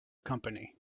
company